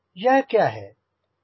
यह क्या है